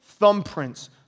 thumbprints